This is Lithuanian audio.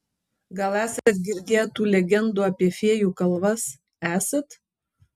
gal esat girdėję tų legendų apie fėjų kalvas esat